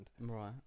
Right